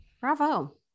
Bravo